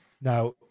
Now